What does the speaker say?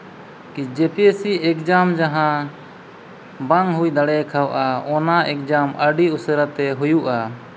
ᱠᱤ J P S C exam ᱡᱟᱦᱟᱸ ᱵᱟᱝ ᱦᱩᱭ ᱫᱟᱲᱮ ᱠᱟᱜᱼᱟ ᱚᱱᱟ ᱮᱠᱡᱟᱢ ᱟᱹᱰᱤ ᱩᱥᱟᱹᱨᱟᱛᱮ ᱦᱩᱭᱩᱜᱼᱟ